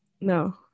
No